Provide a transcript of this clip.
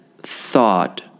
thought